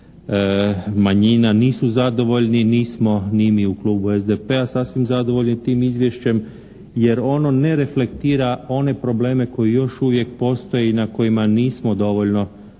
manjina nisu zadovoljni, nismo ni mi u Klubu SDP-a sasvim zadovoljni tim izvješćem jer ono ne reflektira one probleme koji još uvijek postoje i na kojima nismo dovoljno